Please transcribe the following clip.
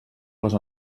les